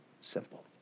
simple